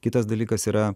kitas dalykas yra